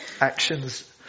Actions